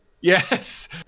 yes